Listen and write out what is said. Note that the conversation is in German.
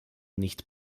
nicht